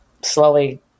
slowly